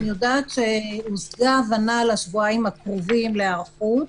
אני יודעת שהושגה הבנה לשבועיים הקרובים להיערכות,